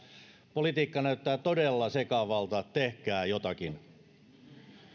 politiikka näyttää todella sekavalta tehkää jotakin